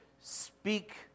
speak